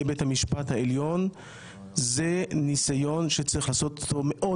בית המשפט העליון זה ניסיון שצריך לעשות אותו מאוד